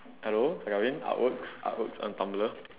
hello like I mean artworks artworks on Tumblr